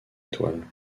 étoiles